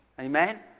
Amen